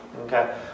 Okay